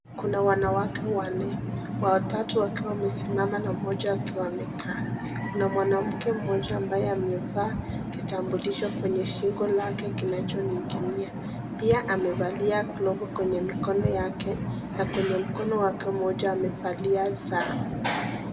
Kuna wanawake wanne. Watatu wakiwa wamesimama na mmoja akiwa amekaa. Kuna mwanamke mmoja ambaye amevaa kitambulisho kwenye shingo lake kinachoning'inia. Pia amevalia glovu kwenye mikono yake na kwenye mkono wake mmoja amevalia saa.